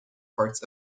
parts